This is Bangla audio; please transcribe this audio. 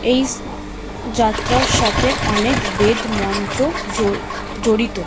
এই স্ যাত্রার সাথে অনেক বেদ মন্ত্র জো জড়িত